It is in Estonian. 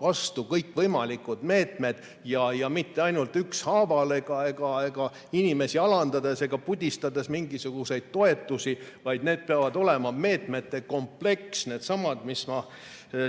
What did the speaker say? vastu kõik võimalikud meetmed. Ja mitte ainult ükshaaval ega inimesi alandades ega pudistades mingisuguseid toetusi, vaid need peavad olema meetmete kompleks – needsamad, mis ma